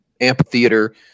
amphitheater